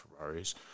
Ferraris